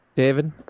David